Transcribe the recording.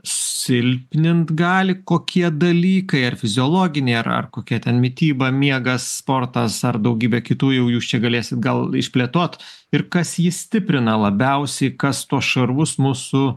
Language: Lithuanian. silpnint gali kokie dalykai ar fiziologiniai ar ar kokie ten mityba miegas sportas ar daugybė kitų jau jūs čia galėsit gal išplėtot ir kas jį stiprina labiausiai kas tuos šarvus mūsų